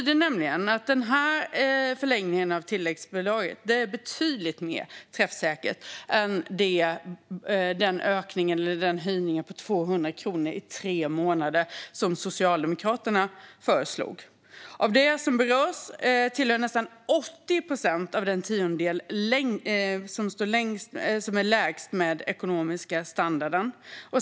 Det är betydligt mer träffsäkert än den höjning på 200 kronor i tre månader som Socialdemokraterna föreslog. Av dem som berörs tillhör nästan 80 procent den tiondel som har lägst ekonomisk standard.